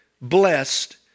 blessed